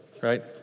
right